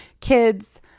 kids